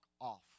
off